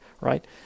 right